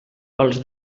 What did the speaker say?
pels